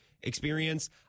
experience